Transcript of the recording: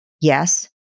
Yes